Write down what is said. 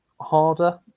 harder